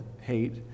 hate